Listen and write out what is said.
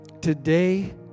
Today